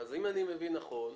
אם אני מבין נכון,